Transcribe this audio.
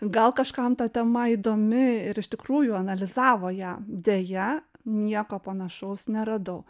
gal kažkam ta tema įdomi ir iš tikrųjų analizavo ją deja nieko panašaus neradau